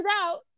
out